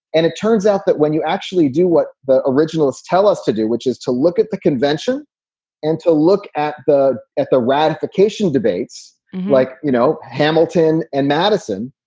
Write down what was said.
and it turns out that when you actually do what the originalists tell us to do, which is to look at the convention and to look at the at the ratification debates like, you know, hamilton and madison,